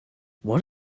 what